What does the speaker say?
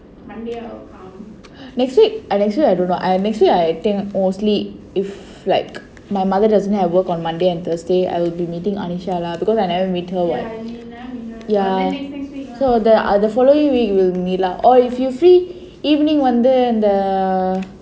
next week actually I don't know next week I think mostly if like my mother doesn't work on monday and thursday I will be meeting anisha lah because I never meet her [what] ya so ah the following week we'll meet lah or if you free evening வந்து இந்த:vandhu indha the